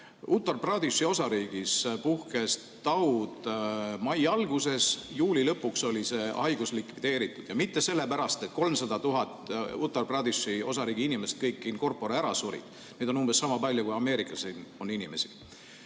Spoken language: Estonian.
Uttar Pradeshi osariigis puhkes taud mai alguses, juuli lõpuks oli see haigus likvideeritud, ja mitte sellepärast, et peaaegu 300 miljonit Uttar Pradeshi osariigi inimest kõikin corporeära surid. Neid on peaaegu sama palju, kui Ameerikas on inimesi.